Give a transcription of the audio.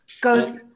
goes